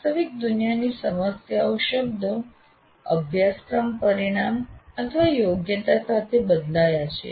વાસ્તવિક દુનિયાની સમસ્યાઓ શબ્દો અભ્યાસક્રમ પરિણામ યોગ્યતા સાથે બદલાયા છે